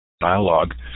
dialogue